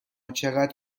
چقدر